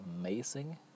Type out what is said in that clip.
amazing